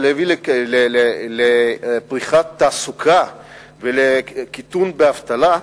ולהביא לפריחת תעסוקה ולקיטון באבטלה,